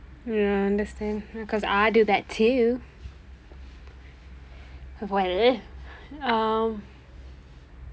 ya I understand because I do that too well um